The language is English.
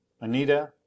Anita